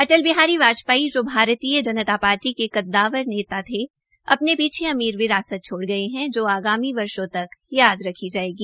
अटल बिहारी वाजपेयी जो भारतीय जनता पार्टी के कद्दावरनेता थे अपने पीछे अमीन विरासत छोड़ गए है जो आगामी वर्षो तक याद रखी जायेगी